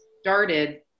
started